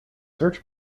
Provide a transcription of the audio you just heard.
search